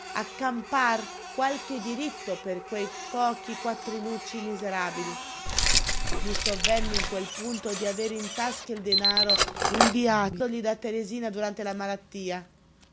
volesse accampar qualche diritto per quei pochi quattrinucci miserabili gli sovvenne in quel punto di avere in tasca il denaro inviatogli da teresina durante la malattia